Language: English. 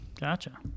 gotcha